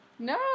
No